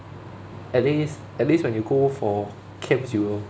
at least at least when you go for camps you know